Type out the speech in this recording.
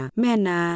mena